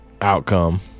outcome